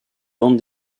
bande